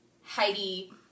Heidi